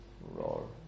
Roar